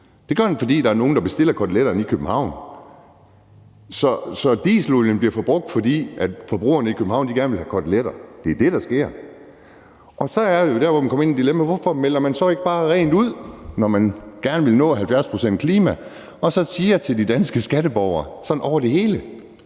Det gør han, fordi der er nogen, der bestiller koteletterne i København. Så dieselolien bliver forbrugt, fordi forbrugerne i København gerne vil have koteletter. Det er det, der sker. Så kommer dilemmaet: Hvorfor melder man så ikke bare rent ud, når man gerne vil nå 70-procentsmålsætningen, og siger til de danske skatteborgere, sådan overalt,